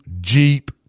Jeep